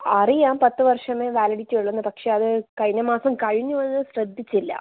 അറിയാം പത്ത് വർഷമേ വാലിഡിറ്റി ഉള്ളൂ എന്ന് പക്ഷെ അത് കഴിഞ്ഞ മാസം കഴിഞ്ഞു പോയത് ശ്രദ്ധിച്ചില്ല